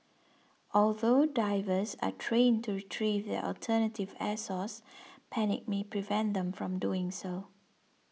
although divers are trained to retrieve their alternative air source panic may prevent them from doing so